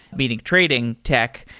meaning trading tech,